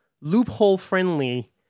loophole-friendly